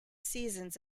seasons